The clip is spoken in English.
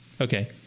Okay